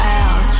out